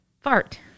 fart